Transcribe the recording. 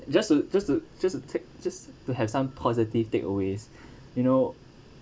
just to just to just to take just to have some positive takeaways you know